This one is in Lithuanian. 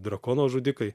drakono žudikai